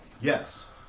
Yes